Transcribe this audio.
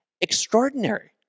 extraordinary